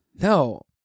no